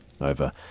Over